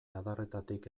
adarretatik